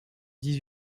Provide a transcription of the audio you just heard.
dix